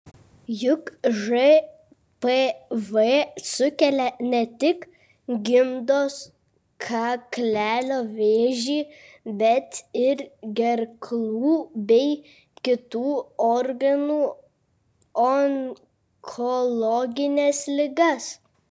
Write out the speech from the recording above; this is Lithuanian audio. juk žpv sukelia ne tik gimdos kaklelio vėžį bet ir gerklų bei kitų organų onkologines ligas